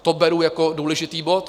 To beru jako důležitý bod.